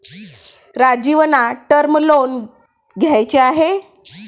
राजीवना term loan घ्यायचे आहे